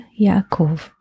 Yaakov